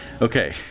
okay